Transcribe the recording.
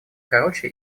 короче